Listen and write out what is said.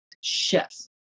Chefs